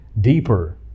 deeper